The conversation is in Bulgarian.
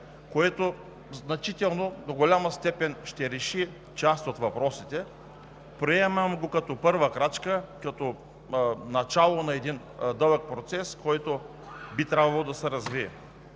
което значително, до голяма степен ще реши част от въпросите. Приемам го като първа крачка, като начало на дълъг процес, който би трябвало да се развие.